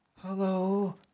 Hello